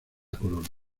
corona